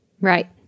Right